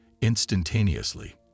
instantaneously